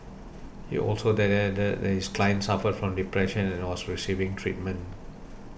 he also added that his client suffered from depression and was receiving treatment